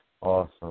Awesome